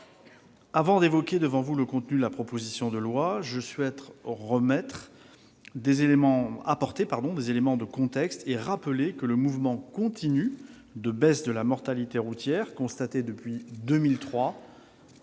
Avant d'évoquer devant vous le contenu de ce texte, je souhaite apporter des éléments de contexte et rappeler que le mouvement continu de baisse de la mortalité routière, constaté depuis 2003,